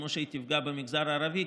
כמו שהיא תפגע במגזר הערבי,